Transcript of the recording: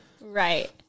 Right